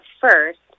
first